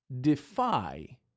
defy